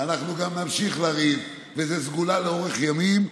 ואנחנו גם נמשיך לריב, זאת סגולה לאורך ימים,